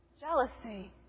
Jealousy